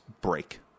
break